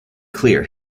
clear